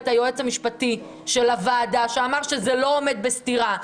היועץ המשפטי של הוועדה שאמר שזה לא עומד בסתירה.